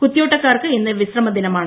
കുത്തിയോട്ടക്കാർക്ക് ഇന്ന് വിശ്രമദിനമാണ്